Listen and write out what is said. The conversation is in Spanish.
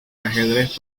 ajedrez